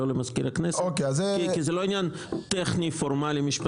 למזכיר הכנסת כי זה לא עניין טכני פורמלי משפטי.